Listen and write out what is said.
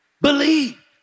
Believe